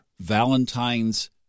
Valentine's